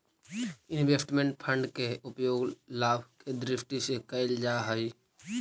investment fund के उपयोग लाभ के दृष्टि से कईल जा हई